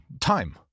Time